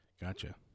Gotcha